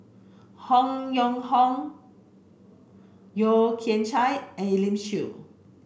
Hong Yong Hong Yeo Kian Chai and Elim Chew